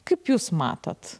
kaip jūs matot